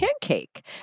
Pancake